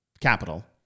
capital